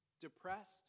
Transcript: depressed